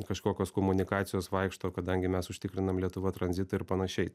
kažkokios komunikacijos vaikšto kadangi mes užtikrinam lietuva tranzitą ir panašiai